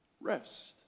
rest